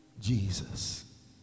Jesus